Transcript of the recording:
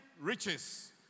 riches